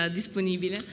disponibile